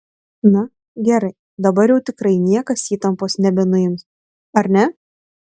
na gerai dabar jau tikrai niekas įtampos nebenuims ar ne